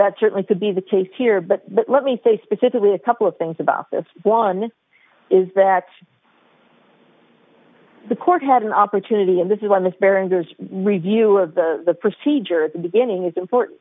that certainly could be the case here but let me say specifically a couple of things about this one is that the court had an opportunity and this is one of the bearings there's review of the procedure at the beginning it's important